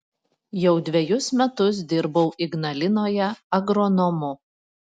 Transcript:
jau dvejus metus dirbau ignalinoje agronomu